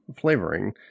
flavoring